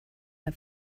der